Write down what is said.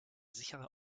sicher